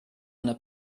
eine